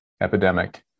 epidemic